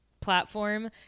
platform